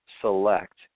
select